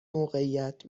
موقعیت